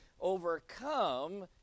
overcome